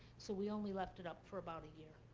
so we only left it up for about a year.